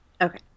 okay